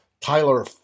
Tyler